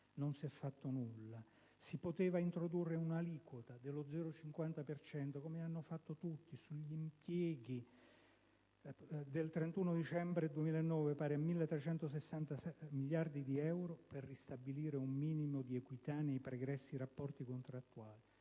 non si è fatto nulla. Si poteva introdurre un'aliquota dello 0,50 per cento sugli impieghi sterilizzati al 31 dicembre 2009, pari a 1.360 miliardi di euro, per ristabilire un minimo di equità nei pregressi rapporti contrattuali,